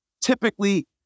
typically